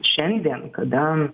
šiandien kada